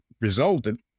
resulted